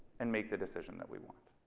and make the decision that we want